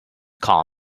call